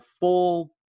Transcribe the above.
full